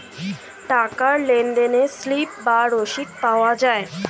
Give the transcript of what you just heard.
টাকার লেনদেনে স্লিপ বা রসিদ পাওয়া যায়